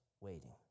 waiting